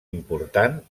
important